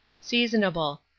Seasonable